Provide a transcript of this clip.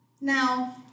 now